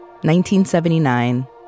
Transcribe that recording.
1979